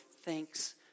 thanks